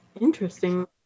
Interesting